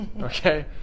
Okay